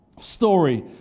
story